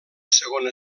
segona